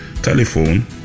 telephone